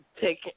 take